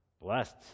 Blessed